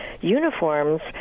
uniforms